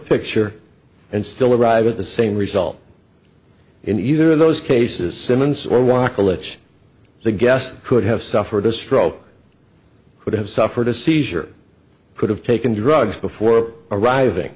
picture and still arrive at the same result in either of those cases simmons or walk or lets the guest could have suffered a stroke could have suffered a seizure could have taken drugs before arriving